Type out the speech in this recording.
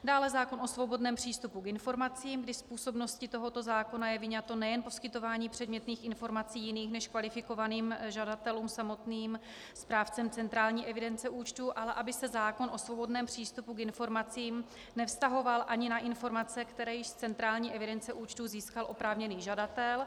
Dále zákon o svobodném přístupu k informacím, kdy z působnosti tohoto zákona je vyňato nejen poskytování předmětných informací jiným než kvalifikovaným žadatelům samotným správcem centrální evidence účtů, ale aby se zákon o svobodném přístupu k informacím nevztahoval ani na informace, které již z centrální evidence účtů získal oprávněný žadatel.